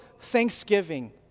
thanksgiving